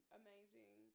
amazing